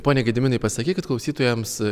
pone gediminai pasakykit klausytojams